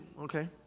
okay